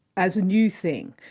as a new thing.